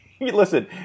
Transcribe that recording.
Listen